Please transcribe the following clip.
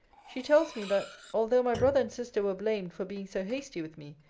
she tells me, that although my brother and sister were blamed for being so hasty with me,